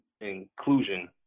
inclusion